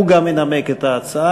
הוא גם ינמק את ההצעה.